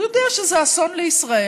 הוא יודע שזה אסון לישראל,